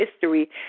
history